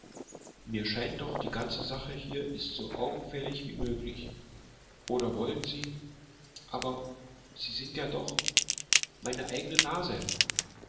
mir scheint doch die ganze sache ist hier so augenfällig wie möglich oder wollen sie aber sie sind ja doch meine eigene nase